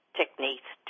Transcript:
techniques